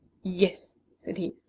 yes, said he,